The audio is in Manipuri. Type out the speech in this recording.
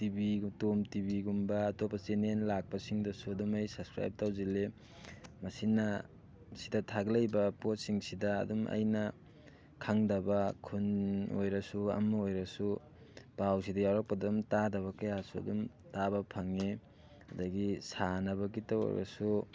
ꯇꯤꯕꯤ ꯇꯣꯝ ꯇꯤꯕꯤꯒꯨꯝꯕ ꯑꯇꯣꯞꯄ ꯆꯦꯅꯦꯟ ꯂꯥꯛꯄꯁꯤꯡꯗꯁꯨ ꯑꯗꯨꯝ ꯑꯩ ꯁꯕꯁꯀ꯭ꯔꯥꯏꯕ ꯇꯧꯁꯤꯜꯂꯤ ꯃꯁꯤꯅ ꯁꯤꯗ ꯊꯥꯒꯠꯂꯛꯏꯕ ꯄꯣꯠꯁꯤꯡꯁꯤꯗ ꯑꯗꯨꯝ ꯑꯩꯅ ꯈꯪꯗꯕ ꯈꯨꯟ ꯑꯣꯏꯔꯁꯨ ꯑꯃ ꯑꯣꯏꯔꯁꯨ ꯄꯥꯎꯁꯤꯗ ꯌꯥꯎꯔꯛꯄꯗ ꯑꯗꯨꯝ ꯇꯥꯗꯕ ꯀꯌꯥꯁꯨ ꯑꯗꯨꯝ ꯇꯥꯕ ꯐꯪꯉꯦ ꯑꯗꯒꯤ ꯁꯥꯟꯅꯕꯒꯤꯇ ꯑꯣꯏꯔꯁꯨ